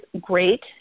great